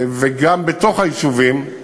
וגם בתוך היישובים,